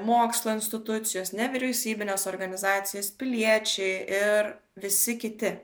mokslo institucijos nevyriausybinės organizacijos piliečiai ir visi kiti